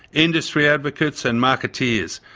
industry advocates and marketeers,